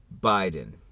Biden